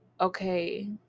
okay